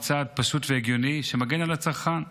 ראשית, מדובר בצעד פשוט והגיוני שמגן על הצרכן.